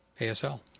ASL